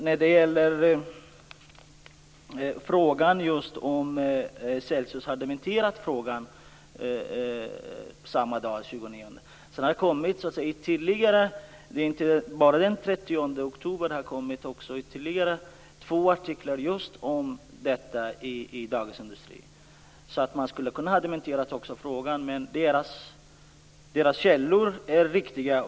När det gäller frågan om Celsius dementi samma dag, den 29 oktober, är det inte bara den 30 oktober utan det har också kommit ytterligare två artiklar just om detta i Dagens Industri. Det hade alltså varit möjligt att dementera i frågan. Tidningens källor är riktiga.